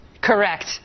Correct